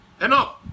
enough